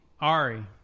Ari